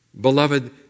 Beloved